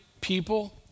people